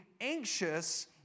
anxious